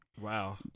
Wow